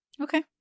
Okay